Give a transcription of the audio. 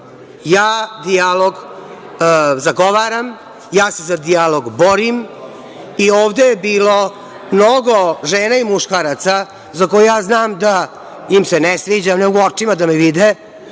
dijalog zagovaram, ja se za dijalog borim i ovde je bilo mnogo žena i muškaraca za koje ja znam da im se ne sviđam, ne mogu očima da me vide,